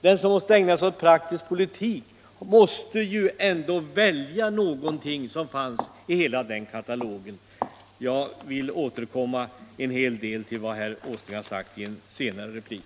Den som ägnar sig häråt måste ändå välja och vraka i denna katalog. Jag vill återkomma mer utförligt till vad herr Åsling sagt, i en senare replik.